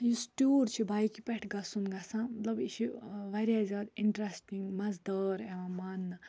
یُس ٹیوٗر چھُ بایکہِ پٮ۪ٹھ گَژھُن گَژھان مطلب یہِ چھِ واریاہ زیادٕ اِنٹرسٹِنٛگ مَزٕدار یِوان ماننہٕ